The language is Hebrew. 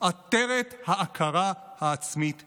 עטרת ההכרה העצמית שלנו".